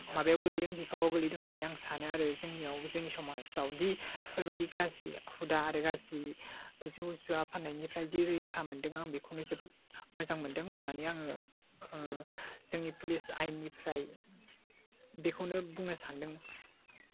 माबायाव गोलैदों बिफावआव गोलैदों होन्नानै आं सानो आरो जोंनिआव जोंनि समाजावदि बेफोर बायदि गाज्रि हुदा आरो गाज्रि जौ जुवा फान्नायनिफ्राय दि रैखा मोनदों आं बेखौनो जोबोद मोजां मोनदों होन्नानै आङो जोंनि पुलिस आयेननिफ्राय बेखौनो बुंनो सान्दों